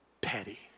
petty